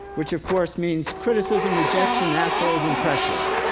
which of course means criticism, rejection, assholes and pressure.